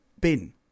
bin